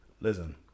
Listen